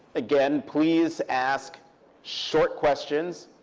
again, please ask short questions.